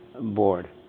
Board